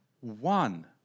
one